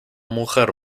mujer